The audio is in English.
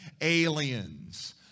Aliens